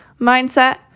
mindset